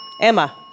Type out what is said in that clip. Emma